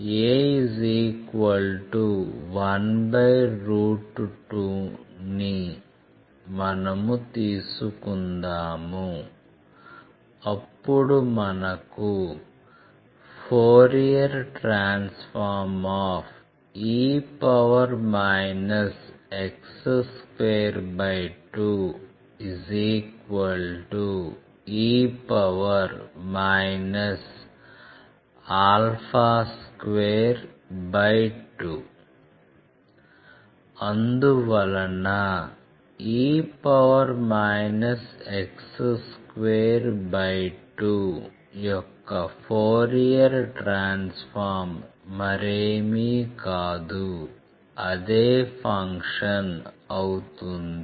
a 12 ని మనము తీసుకుందాము అప్పుడు మనకు Fe x22e 22 అందువలన e x22 యొక్క ఫోరియర్ ట్రాన్స్ఫార్మ్ మరేమీ కాదు అదే ఫంక్షన్ అవుతుంది